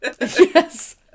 yes